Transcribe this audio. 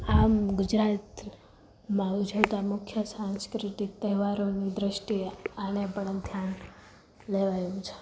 આમ ગુજરાતમાં ઉજવતા મુખ્ય સાંસ્કૃતિક તહેવારોની દ્રષ્ટિએ આને પણ ધ્યાન લેવાયું છે